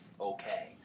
okay